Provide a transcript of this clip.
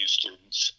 students